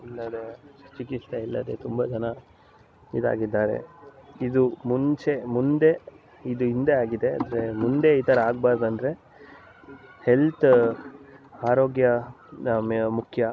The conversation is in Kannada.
ಇಲ್ಲದೆ ಚಿಕಿತ್ಸೆ ಇಲ್ಲದೆ ತುಂಬ ಜನ ಇದಾಗಿದ್ದಾರೆ ಇದು ಮುಂಚೆ ಮುಂದೆ ಇದು ಹಿಂದೆ ಆಗಿದೆ ಆದರೆ ಮುಂದೆ ಈ ಥರ ಆಗ್ಬಾರ್ದಂದರೆ ಎಲ್ತ್ ಆರೋಗ್ಯ ಮುಖ್ಯ